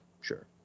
Sure